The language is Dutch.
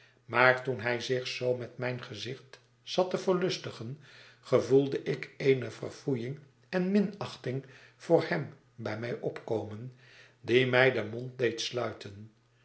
maar toen hij zich zoo met mijn gezicht zat te verlustigen gevoelde ik eene verfoeiing en minachting voor hem bij mij opkomen die mij den mond deed sluiten